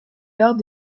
lors